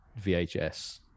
VHS